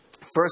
First